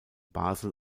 basel